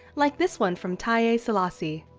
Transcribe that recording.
like this one from taiye selasi.